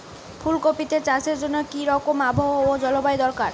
ফুল কপিতে চাষের জন্য কি রকম আবহাওয়া ও জলবায়ু দরকার?